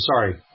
sorry –